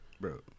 Bro